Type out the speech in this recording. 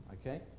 okay